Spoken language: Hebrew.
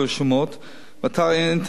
באתר האינטרנט של משרד הבריאות,